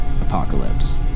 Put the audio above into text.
apocalypse